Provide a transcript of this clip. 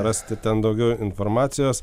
rasite ten daugiau informacijos